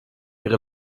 ihre